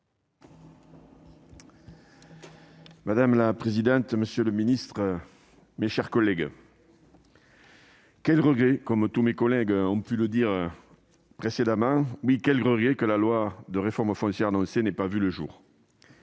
Madame la présidente, monsieur le ministre, mes chers collègues, quel regret ! Oui, comme mes collègues l'ont dit précédemment, quel regret que la loi de réforme foncière annoncée n'ait pas vu le jour.